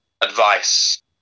advice